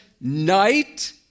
night